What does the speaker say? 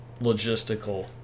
logistical